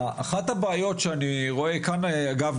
אחת הבעיות שאני רואה כאן אגב,